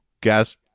gas